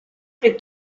est